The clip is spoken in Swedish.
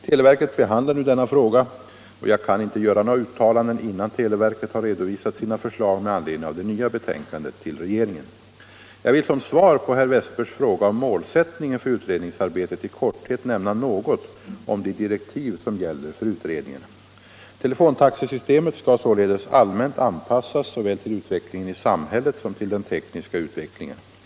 Televerket behandlar nu denna fråga, och jag kan inte göra några uttalanden innan televerket har redovisat sina förslag med anledning av det nya betänkandet till regeringen. Jag vill som svar på herr Westbergs fråga om målsättningen för utredningsarbetet i korthet nämna något om de direktiv som gäller för utredningen. Telefontaxesystemet skall således allmänt anpassas såväl till utvecklingen i samhället som till den tekniska utvecklingen.